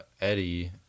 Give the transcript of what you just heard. Eddie